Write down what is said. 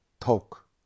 talk